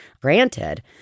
granted